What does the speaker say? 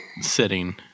sitting